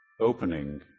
opening